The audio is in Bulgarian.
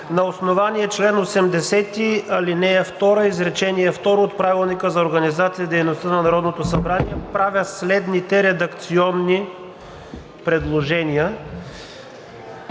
На основание чл. 80, ал. 2, изречение второ от Правилника за организацията и дейността на Народното събрание правя следните редакционни предложения: